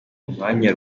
umwanya